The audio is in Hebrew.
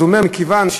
אז הוא אומר: מכיוון ש,